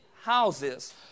houses